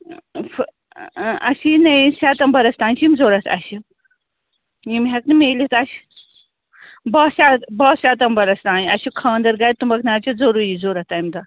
اَسہِ چھِ یہِ نیے ستمبَرَس تانۍ چھِ یِم ضروٗرت اَسہِ یِم ہٮ۪کہٕ نہٕ میٖلِتھ اَسہِ باہ ست باہ سٮتمبَرَس تانۍ اَسہِ چھُ خانٛدر گَرِ تُمبَکھ نارِ چھِ ضروٗری ضروٗرت تَمہِ دۄہ